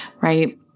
right